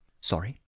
sorry